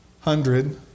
Hundred